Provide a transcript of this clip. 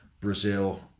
Brazil